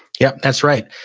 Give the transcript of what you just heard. yeah, that's right.